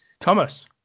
Thomas